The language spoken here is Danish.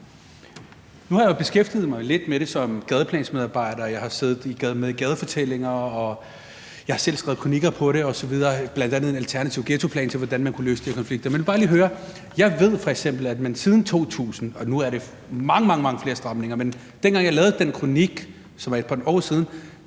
Nu har jeg beskæftiget mig lidt med det som gadeplansmedarbejder, og jeg har siddet med projektet Gadefortællinger, og jeg har selv skrevet kroniker om det, bl.a. en alternativ ghettoplan for, hvordan man kunne løse de her konflikter. Nu er der kommet mange, mange flere stramninger, men dengang jeg skrev den kronik, som er et par år siden,